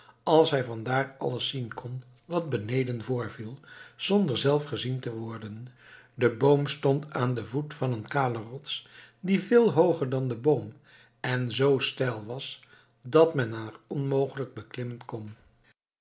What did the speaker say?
als hij vandaar alles zien kon wat beneden voorviel zonder zelf gezien te worden de boom stond aan den voet van een kale rots die veel hooger dan de boom en zoo steil was dat men haar onmogelijk beklimmen kon